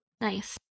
Nice